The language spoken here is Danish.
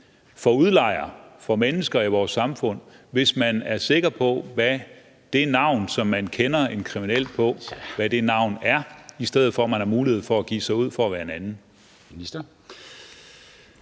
for udlejere, for mennesker i vores samfund, hvis man er sikker på, hvad det navn er, som man kender en kriminel på, i stedet for at vedkommende har mulighed for at give sig ud for at være